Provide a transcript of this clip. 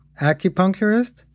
acupuncturist